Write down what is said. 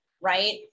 Right